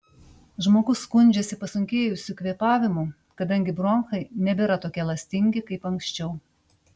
žmogus skundžiasi pasunkėjusiu kvėpavimu kadangi bronchai nebėra tokie elastingi kaip anksčiau